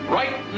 right